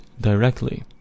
directly